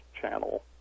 channel